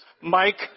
Mike